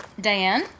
Diane